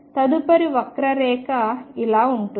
తదుపరి వక్రరేఖ ఇలా ఉంటుంది